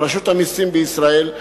רשות המסים בישראל,